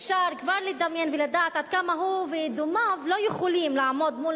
אפשר כבר לדמיין ולדעת עד כמה הוא ודומיו לא יכולים לעמוד מול